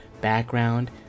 background